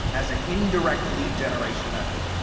as an indirect lead generation method.